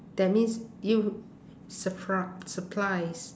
that means you supri~ supplies